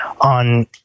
on